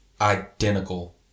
identical